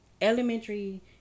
Elementary